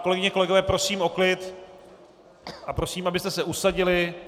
Kolegyně, kolegové, prosím o klid a prosím, abyste se usadili.